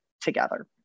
together